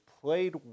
played